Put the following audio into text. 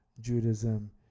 Judaism